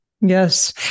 yes